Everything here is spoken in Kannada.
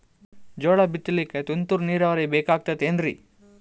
ಜೋಳ ಬಿತಲಿಕ ತುಂತುರ ನೀರಾವರಿ ಬೇಕಾಗತದ ಏನ್ರೀ?